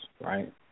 right